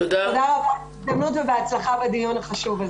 תודה רבה ובהצלחה בדיון החשוב הזה.